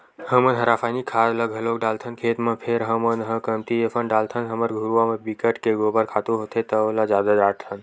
हमन ह रायसायनिक खाद ल घलोक डालथन खेत म फेर हमन ह कमती असन डालथन हमर घुरूवा म बिकट के गोबर खातू होथे त ओला जादा डारथन